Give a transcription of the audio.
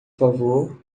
favor